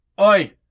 Oi